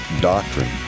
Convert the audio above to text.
doctrine